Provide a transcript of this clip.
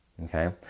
Okay